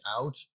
out